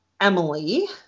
Emily